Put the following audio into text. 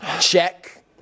Check